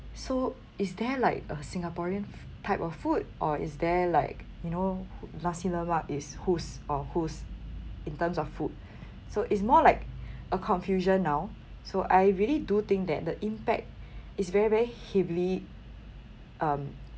so is there like a singaporean f~ type of food or is there like you know nasi lemak is who's or who's in terms of food so it's more like a confusion now so I really do think that the impact is very very heavily um